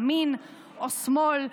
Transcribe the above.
ימין או שמאל,